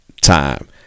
time